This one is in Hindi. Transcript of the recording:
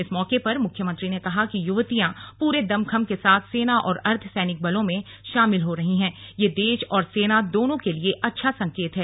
इस अवसर पर मुख्यमंत्री ने कहा कि युवतियां पूरे दमखम के साथ सेना और अर्द्धसैनिक बलों में शामिल हो रही हैं यह देश और सेना दोनों के लिए अच्छा संकेत है